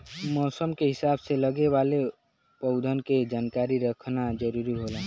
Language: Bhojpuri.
मौसम के हिसाब से लगे वाले पउधन के जानकारी रखना जरुरी होला